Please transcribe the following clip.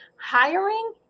Hiring